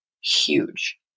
huge